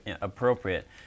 appropriate